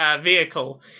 vehicle